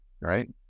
right